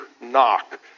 Knock